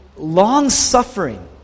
long-suffering